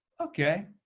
okay